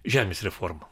žemės reforma